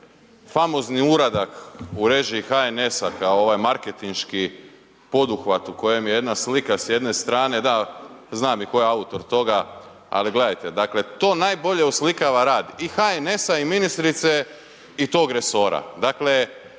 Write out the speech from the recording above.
famozni uradak u režiji HNS-a kao ovaj marketinški poduhvat u kojem je jedna slika s jedne strane, da, znam i tko je autor toga, ali gledajte dakle to najbolje oslikava rad i HNS-a i ministrice i tog resora.